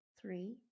three